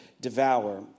Devour